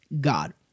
God